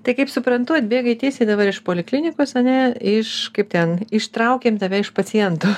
tai kaip suprantu atbėgai tiesiai dabar iš poliklinikos ane iš kaip ten ištraukėm tave iš paciento